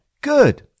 Good